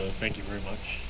ok thank you very much